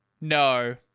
no